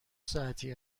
ساعتی